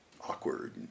awkward